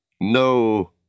No